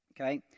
Okay